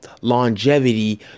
longevity